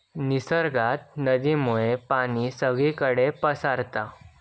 निसर्गात नदीमुळे पाणी सगळीकडे पसारता